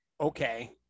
Okay